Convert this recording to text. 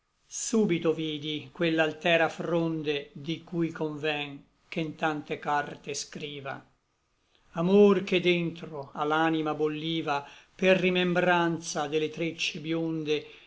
súbito vidi quella altera fronde di cui conven che n tante carte scriva amor che dentro a l'anima bolliva per rimembranza de le treccie bionde